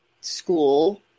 school